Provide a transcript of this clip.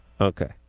Okay